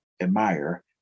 admire